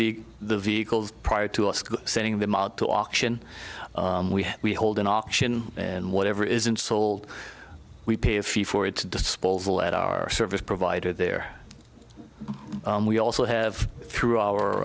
the the vehicle prior to us sending them out to auction we we hold an auction and whatever isn't sold we pay a fee for its disposal at our service provider there we also have through our